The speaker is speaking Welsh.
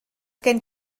gen